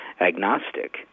agnostic